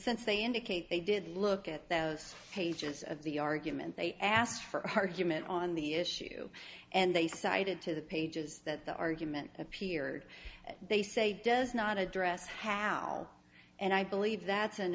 indicate they did look at those pages of the argument they asked for argument on the issue and they cited to the pages that the argument appeared they say does not address how and i believe that's an